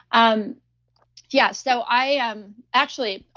um yeah. so i um actually,